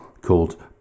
called